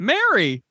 Mary